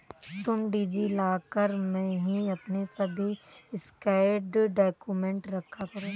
तुम डी.जी लॉकर में ही अपने सभी स्कैंड डाक्यूमेंट रखा करो